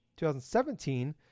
2017